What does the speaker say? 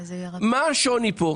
מה השוני פה?